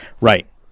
Right